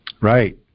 Right